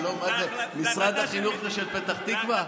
מה זה, משרד החינוך זה של פתח תקווה?